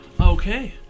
Okay